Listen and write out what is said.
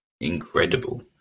incredible